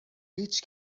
هیچ